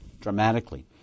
dramatically